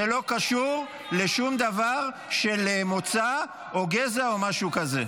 זה לא קשור לשום דבר של מוצא או גזע או משהו כזה.